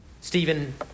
Stephen